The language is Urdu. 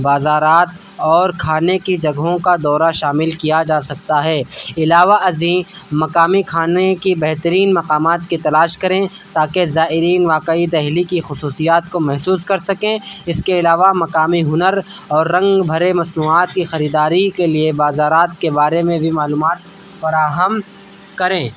بازارات اور کھانے کی جگہوں کا دورہ شامل کیا جا سکتا ہے علاوہ ازیں مقامی کھانے کی بہترین مقامات کی تلاش کریں تاکہ زائرین واقعی دہلی کی خصوصیات کو محسوس کر سکیں اس کے علاوہ مقامی ہنر اور رنگ بھرے مصنوعات کی خریداری کے لیے بازارات کے بارے میں بھی معلومات فراہم کریں